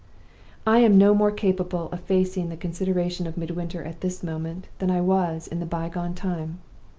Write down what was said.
i am no more capable of facing the consideration of midwinter at this moment than i was in the by-gone time,